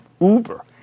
Uber